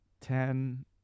ten